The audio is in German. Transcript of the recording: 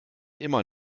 immer